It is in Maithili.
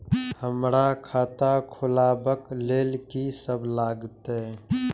हमरा खाता खुलाबक लेल की सब लागतै?